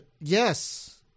Yes